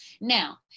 Now